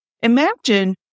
Imagine